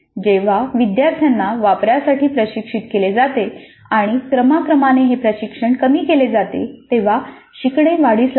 जेव्हा विद्यार्थ्यांना वापरासाठी प्रशिक्षित केले जाते आणि क्रमाक्रमाने हे प्रशिक्षण कमी केले जाते तेव्हा शिकणे वाढीस लागते